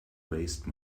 waste